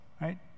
right